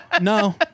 no